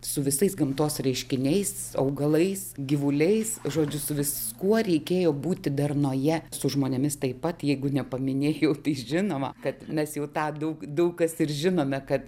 su visais gamtos reiškiniais augalais gyvuliais žodžiu su viskuo reikėjo būti darnoje su žmonėmis taip pat jeigu nepaminėjau tai žinoma kad mes jau tą daug daug kas ir žinome kad